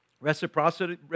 Reciprocity